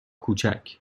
کوچک